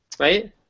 right